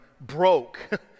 broke